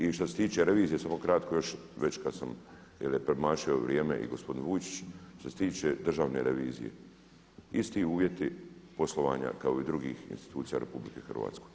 I što se tiče revizije samo kratko još već kada sam premašio vrijeme i gospodin Vujčić, što se tiče Državne revizije, isti uvjeti poslovanja kao i drugih institucija u RH.